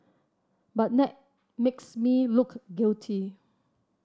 but that makes me look guilty